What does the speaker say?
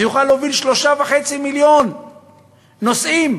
זה יוכל להוביל 3.5 מיליון נוסעים,